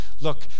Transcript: Look